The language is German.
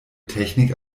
technik